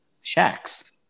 shacks